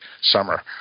summer